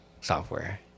software